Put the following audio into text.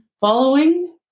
Following